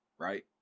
Right